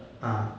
ah